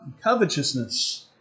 covetousness